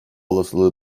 olasılığı